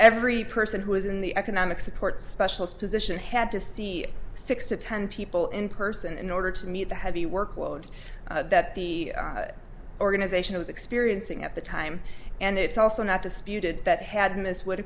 every person who was in the economic support specialist position had to see six to ten people in person in order to meet the heavy workload that the organization was experiencing at the time and it's also not disputed that had missed w